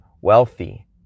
wealthy